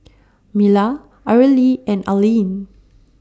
Mila Areli and Arleen